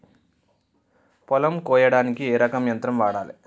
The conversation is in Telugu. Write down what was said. పొలం కొయ్యడానికి ఏ రకం యంత్రం వాడాలి?